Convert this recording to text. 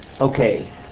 Okay